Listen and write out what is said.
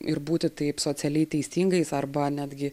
ir būti taip socialiai teisingais arba netgi